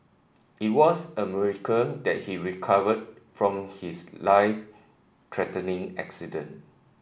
it was a miracle that he recovered from his life threatening accident